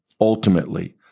ultimately